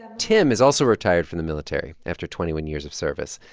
tim is also retired from the military after twenty one years of service,